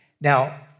Now